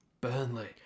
Burnley